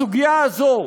הסוגיה הזו,